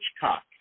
Hitchcock